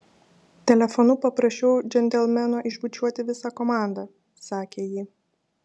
telefonu paprašiau džentelmeno išbučiuoti visą komandą sakė ji